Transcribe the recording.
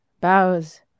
Bows